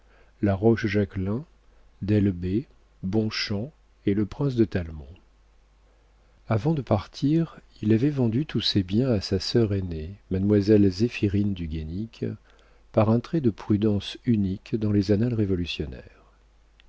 la rochejaquelein d'elbée bonchamps et le prince de talmont avant de partir il avait vendu tous ses biens à sa sœur aînée mademoiselle zéphirine du guénic par un trait de prudence unique dans les annales révolutionnaires